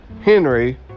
Henry